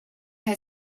had